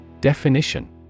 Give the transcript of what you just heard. Definition